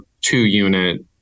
two-unit